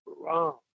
wrong